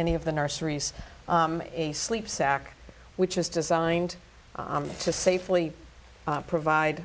any of the nurseries a sleep sack which is designed to safely provide